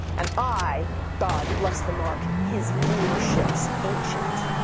and i god bless the mark his moorship's ancient.